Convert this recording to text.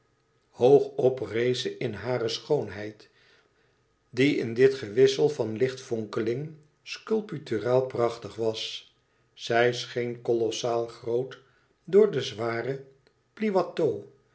hoog op rees ze in hare schoonheid die in dit gewissel van lichtvonkeling sculpturaal prachtig was zij scheen kolossaal groot door den zwaren